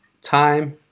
time